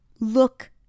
Look